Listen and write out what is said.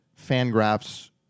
Fangraph's